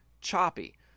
choppy